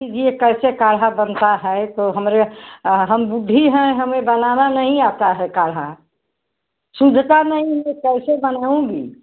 जी यह कैसे काढ़ा बनता है तो हमरे हम बूढ़ी हैं हमें बनाना नहीं आता है काढ़ा सूझता नहीं हैं कैसे बनाएँगी